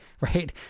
right